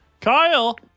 Kyle